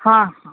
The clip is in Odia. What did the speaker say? ହଁ ହଁ